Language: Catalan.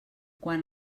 quan